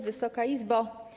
Wysoka Izbo!